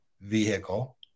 vehicle